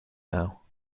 now